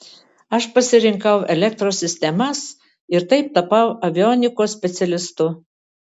aš pasirinkau elektros sistemas ir taip tapau avionikos specialistu